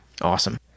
Awesome